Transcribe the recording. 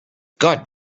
god